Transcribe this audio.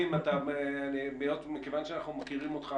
מכיוון שאנחנו מכירים אותך,